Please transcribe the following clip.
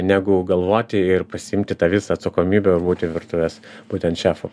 negu galvoti ir pasiimti tą visą atsakomybę būti virtuvės būtent šefu